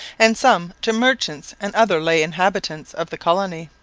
and some to merchants and other lay inhabitants of the colony.